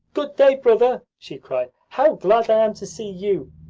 good day, brother! she cried. how glad i am to see you!